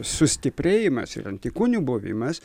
sustiprėjimas ir antikūnų buvimas